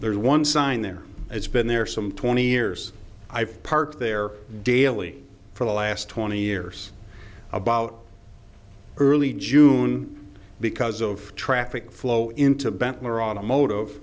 there's one sign there it's been there some twenty years i've parked there daily for the last twenty years about early june because of traffic flow into